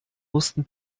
mussten